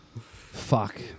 Fuck